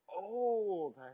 old